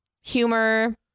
Humor